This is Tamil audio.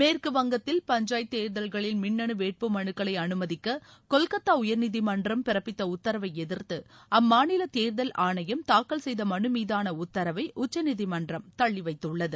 மேற்கு வங்கத்தில் பஞ்சாயத் தேர்தல்களில் மின்னனு வேட்பு மனுக்களை அனுமதிக்க கொல்கத்தா உயர்நீதிமன்றம் பிறப்பித்த உத்தரவை எதிர்த்து அம்மாநில தேர்தல் ஆணையம் தாக்கல் செய்த மனு மீதான உத்தரவை உச்சநீதிமன்றம் தள்ளிவைத்துள்ளது